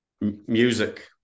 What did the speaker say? music